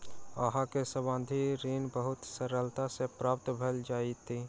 अहाँ के सावधि ऋण बहुत सरलता सॅ प्राप्त भ जाइत